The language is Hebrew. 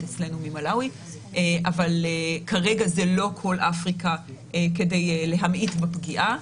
אבל כרגע זה לא כל אפריקה כדי להמעיט בפגיעה.